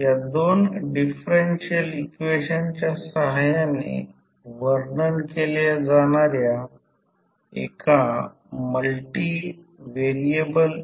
या दोन differential equation च्या सहाय्याने वर्णन केल्या जाणार्या एका मल्टीव्हिएरेबल